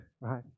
right